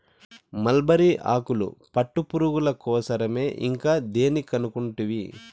mulberry ఆకులు పట్టుపురుగుల కోసరమే ఇంకా దేని కనుకుంటివి